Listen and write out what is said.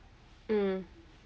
um